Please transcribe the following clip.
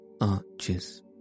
arches